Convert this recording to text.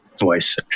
voice